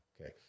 Okay